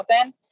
open